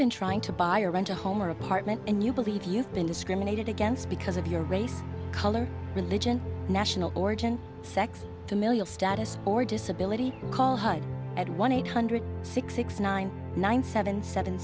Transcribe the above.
been trying to buy or rent a home or apartment and you believe you've been discriminated against because of your race color religion national origin sex familial status or disability call at one eight hundred six six nine nine seven seven